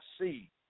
see